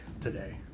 today